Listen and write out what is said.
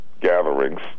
gatherings